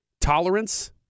Tolerance